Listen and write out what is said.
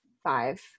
five